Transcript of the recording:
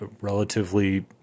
relatively